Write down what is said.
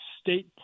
state